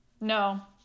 No